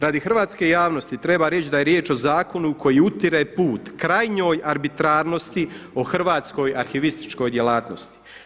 Radi hrvatske javnosti treba reći da je riječ o zakonu koji utire put krajnjoj arbitrarnosti, o hrvatskoj arhivističkoj djelatnosti.